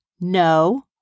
No